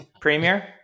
Premier